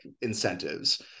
incentives